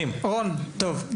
ש --- טוב,